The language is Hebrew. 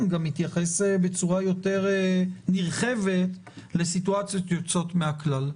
מתייחס בצורה יותר נרחבת לסיטואציות יוצאות מן הכלל.